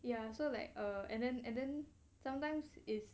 ya so like uh and then and then sometimes is